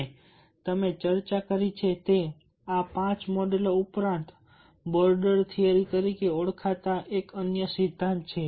અને તમે ચર્ચા કરી છે તે આ પાંચ મોડેલો ઉપરાંત બોર્ડર થિયરી તરીકે ઓળખાતા અન્ય સિદ્ધાંત છે